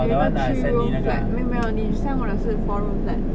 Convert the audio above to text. that one three room flat 没有没有你 send 我的是 four room flat